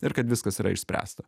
ir kad viskas yra išspręsta